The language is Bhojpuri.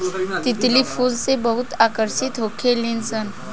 तितली फूल से बहुते आकर्षित होखे लिसन